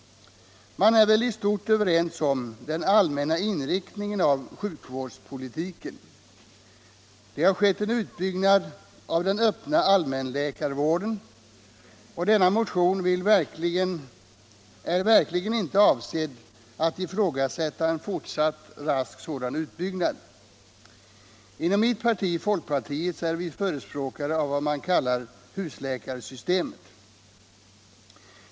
Det har skett en betydande utbyggnad av den öppna allmänläkarvården, och denna motion var verkligen inte avsedd att ifrågasätta en fortsatt rask sådan utbyggnad. Inom mitt parti, folkpartiet, är vi förespråkare av vad vi benämner husläkarsystemet.